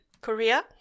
Korea